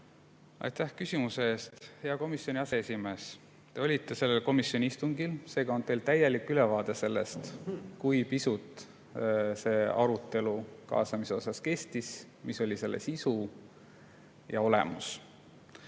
Aitäh küsimuse eest! Hea komisjoni aseesimees, te olite sellel komisjoni istungil. Seega on teil täielik ülevaade sellest, kui pisut see arutelu kaasamise üle kestis, mis oli selle sisu ja olemus.